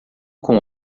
com